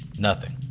nothing.